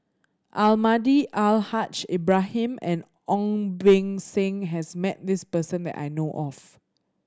Almahdi Al Haj Ibrahim and Ong Beng Seng has met this person that I know of